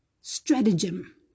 stratagem